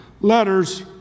letters